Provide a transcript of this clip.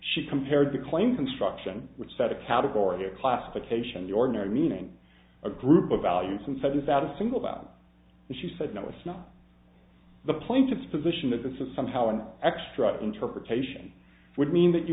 she compared to claim construction which set a category a classification the ordinary meaning a group of values and said without a single bob and she said no it's not the plaintiffs position that this is somehow an extra interpretation would mean that you